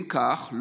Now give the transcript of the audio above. אם כך,